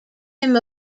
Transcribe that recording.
him